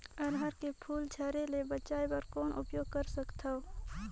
अरहर के फूल झरे ले बचाय बर कौन उपाय कर सकथव?